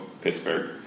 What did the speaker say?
Pittsburgh